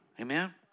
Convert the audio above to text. Amen